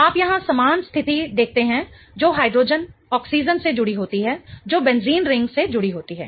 आप यहां समान स्थिति देखते हैं जो हाइड्रोजन ऑक्सीजन से जुड़ी होती है जो बेंजीन रिंग से जुड़ी होती है